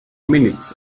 minute